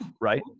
Right